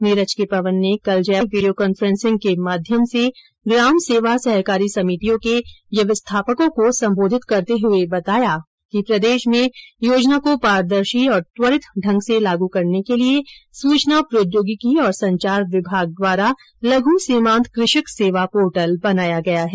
Neeraj K Pawan ने कल जयपुर में वीडियो कॉन्फ्रॉसिंग के माध्यम से ग्राम सेवा सहकारी समितियों के व्यवस्थापकों को संबोधित करते हुए बताया कि प्रदेश में योजना को पारदर्शी और त्वरित ढंग से लाग करने के लिये सुचना प्रौद्योगिकी और संचार विभाग द्वारा लघ् सीमान्त कृषक सेवा पोर्टल बनाया गया है